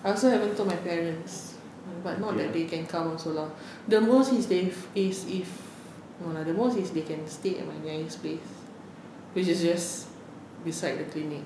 I also haven't told my parents but not that they can come also lah the most is they if if the most is they can stay and my nanny's place which is just beside the clinic